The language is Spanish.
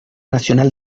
nacional